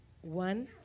one